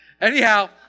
Anyhow